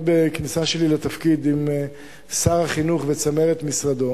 לאחר הכניסה שלי לתפקיד קיימתי ישיבה עם שר החינוך וצמרת משרדו,